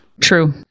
true